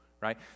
right